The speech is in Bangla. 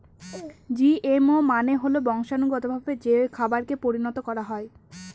জিএমও মানে হল বংশানুগতভাবে যে খাবারকে পরিণত করা হয়